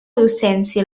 docència